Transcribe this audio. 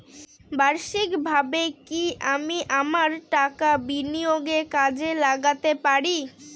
বার্ষিকভাবে কি আমি আমার টাকা বিনিয়োগে কাজে লাগাতে পারি?